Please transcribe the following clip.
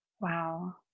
Wow